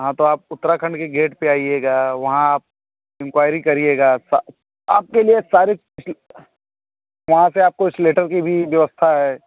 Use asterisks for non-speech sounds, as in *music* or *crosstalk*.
हाँ तो आप उत्तराखंड के गेट पर आइएगा वहाँ इन्क्वायरी करिएगा आपके लिए सारी *unintelligible* वहाँ से आपको उस लेटर की भी व्यवस्था है